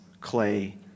clay